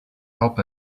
help